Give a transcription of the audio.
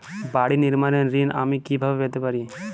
বাড়ি নির্মাণের ঋণ আমি কিভাবে পেতে পারি?